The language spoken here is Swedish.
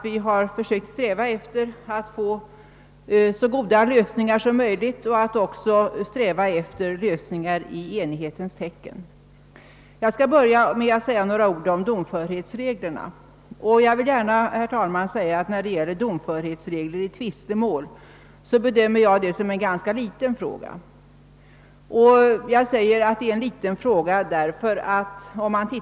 Vi har emellertid strävat efter att i enighetens tecken åstadkomma så goda lösningar som möjligt. Jag skall börja med att säga några ord om domförhetsreglerna. Jag vill, herr talman, gärna framhålla att jag bedömer frågan om domförhetsreglerna i tvistemål som en ganska liten fråga, eftersom.